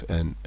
en